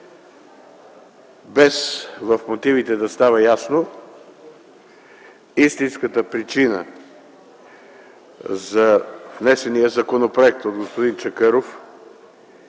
Без в мотивите да става ясно, истинската причина за внесения законопроект от господин Чакъров